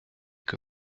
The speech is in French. que